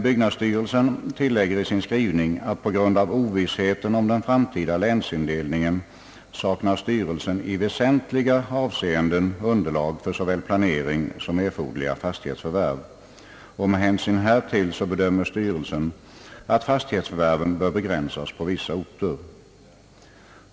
Byggnadsstyrelsen tillägger dock i sin skrivning att styrelsen på grund av ovissheten om den framtida länsindelningen i väsentliga avseenden saknar underlag för såväl planering som erforderliga fastighetsförvärv. Med hänsyn härtill anser styrelsen att fastighetsförvärven bör begränsas på vissa orter.